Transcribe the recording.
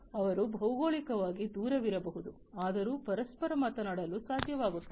ಅವರು ಭೌಗೋಳಿಕವಾಗಿ ದೂರವಿರಬಹುದು ಆದರೂ ಪರಸ್ಪರ ಮಾತನಾಡಲು ಸಾಧ್ಯವಾಗುತ್ತದೆ